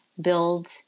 build